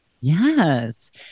Yes